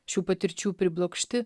šių patirčių priblokšti